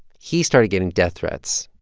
he started getting death threats.